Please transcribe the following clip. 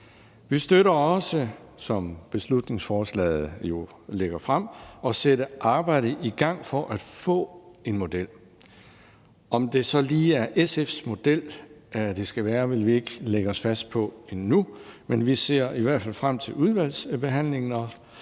Vi støtter også, som beslutningsforslaget jo lægger frem, at sætte arbejdet i gang for at få en model. Om det så lige er SF's model, det skal være, vil vi ikke lægge os fast på endnu, men vi ser i hvert fald frem til udvalgsbehandlingen og